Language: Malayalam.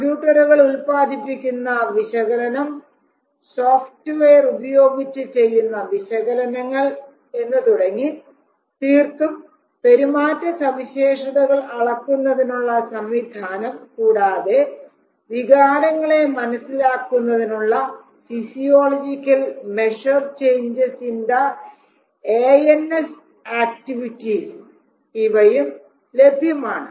കമ്പ്യൂട്ടറുകൾ ഉൽപാദിപ്പിക്കുന്ന വിശകലനം സോഫ്റ്റ്വെയർ ഉപയോഗിച്ച് ചെയ്യുന്ന വിശകലനങ്ങൾ എന്നു തുടങ്ങി തീർത്തും പെരുമാറ്റ സവിശേഷതകൾ അളക്കുന്നതിനുള്ള സംവിധാനം കൂടാതെ വികാരങ്ങളെ മനസ്സിലാക്കുന്നതിനുള്ള physiological measure changes in the ANS activities ഇവയും ലഭ്യമാണ്